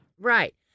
Right